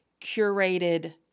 curated